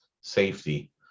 safety